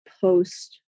post